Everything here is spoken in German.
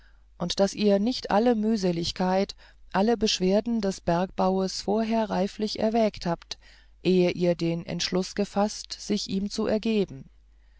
und daß ihr nicht alle mühseligkeit alle beschwerde des bergbaues vorher reiflich erwägt habt ehe ihr den entschluß gefaßt sich ihm zu ergeben